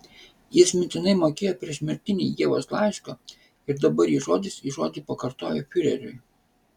jis mintinai mokėjo priešmirtinį ievos laišką ir dabar jį žodis į žodį pakartojo fiureriui